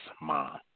mom